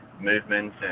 movement